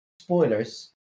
spoilers